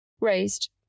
raised